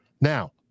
Now